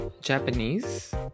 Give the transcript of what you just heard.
Japanese